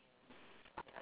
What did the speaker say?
ya